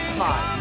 five